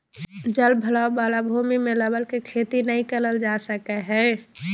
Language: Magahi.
जल भराव वाला भूमि में रबर के खेती नय करल जा सका हइ